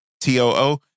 T-O-O